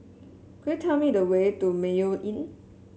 could you tell me the way to Mayo Inn